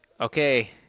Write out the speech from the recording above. okay